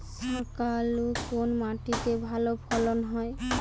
শাকালু কোন মাটিতে ভালো ফলন হয়?